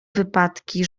wypadki